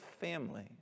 family